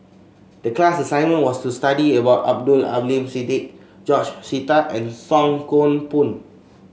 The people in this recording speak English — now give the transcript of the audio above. the class assignment was to study about Abdul Aleem Siddique George Sita and Song Koon Poh